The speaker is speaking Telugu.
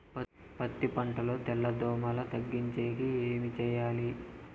పత్తి పంటలో తెల్ల దోమల తగ్గించేకి ఏమి చేయాలి?